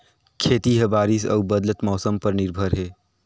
खेती ह बारिश अऊ बदलत मौसम पर निर्भर हे